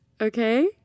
Okay